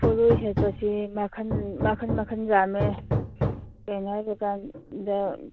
ꯄꯣꯂꯣꯏ ꯁꯦꯠꯄꯁꯦ ꯃꯈꯟ ꯃꯈꯟ ꯃꯈꯟ ꯌꯥꯝꯃꯦ ꯀꯩꯅꯣ ꯍꯥꯏꯕꯀꯥꯟꯗ